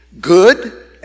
Good